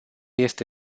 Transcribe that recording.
este